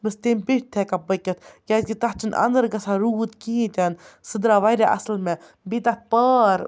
بہٕ چھَس تمہِ پیٚٹھۍ تہِ ہٮ۪کان پٔکِتھ کیٛازِکہِ تَتھ چھِنہٕ اندَر گژھان روٗد کِہیٖنۍ تہِ نہٕ سُہ درٛاو واریاہ اَصٕل مےٚ بیٚیہِ تَتھ پار